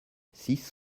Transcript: six